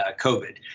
COVID